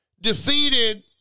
defeated